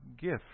gift